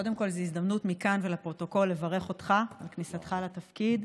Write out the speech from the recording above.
קודם כול זו ההזדמנות מכאן ולפרוטוקול לברך אותך על כניסתך לתפקיד.